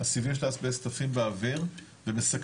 הסיבים של האסבסט עפים באוויר ומסכנים